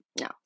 No